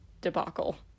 debacle